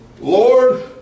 Lord